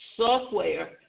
Software